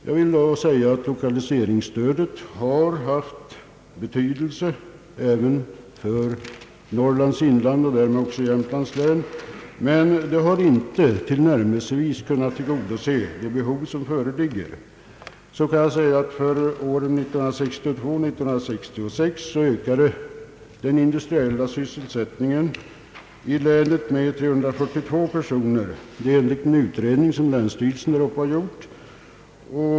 Jag vill framhålla att lokaliseringsstödet har haft betydelse även för Norrlands inland och därmed också för Jämtlands län, men de föreliggande behoven har dock inte tillnärmelsevis kunnat tillgodoses. Under åren 1962— 1966 ökade den industriella sysselsättningen med 342 personer enligt en utredning som verkställts av länsstyrelsen.